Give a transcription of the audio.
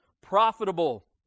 profitable